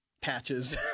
patches